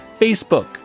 Facebook